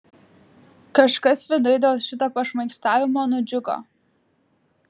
kažkas viduj dėl šito pašmaikštavimo nudžiugo